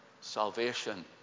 salvation